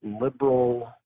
liberal